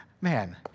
Man